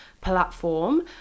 platform